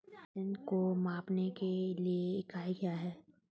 वजन को मापने के लिए इकाई क्या है?